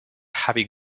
heavy